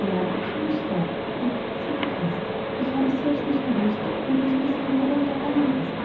ja ich muß fort antwortete sie gepreßt ich habe selbst nicht gewußt wie gut mir's bisher in der welt ergangen ist